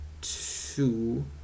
two